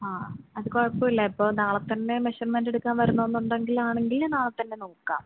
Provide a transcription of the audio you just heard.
ആ അത് കുഴപ്പമില്ല ഇപ്പോൾ നാളെത്തന്നെ മെഷർമെറ്റെടുക്കാൻ വരണമെന്നുണ്ടെങ്കിൽ എന്നാണെങ്കിൽ നാളെ തന്നെ നോക്കാം